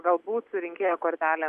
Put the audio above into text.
galbūt su rinkėjų kortelėmis